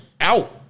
out